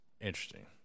Interesting